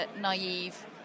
naive